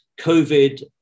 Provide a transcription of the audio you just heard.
COVID